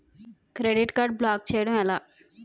Credit card block చేయడం ఎలా?